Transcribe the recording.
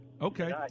okay